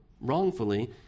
wrongfully